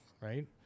right